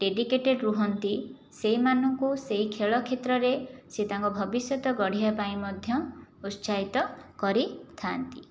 dedicated ରହନ୍ତି ସେହିମାନଙ୍କୁ ସେହି ଖେଳ କ୍ଷେତ୍ରରେ ସେ ତାଙ୍କ ଭବିଷ୍ୟତ ଗଢ଼ିବା ପାଇଁ ମଧ୍ୟ ଉତ୍ସାହିତ କରିଥାନ୍ତି